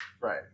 Right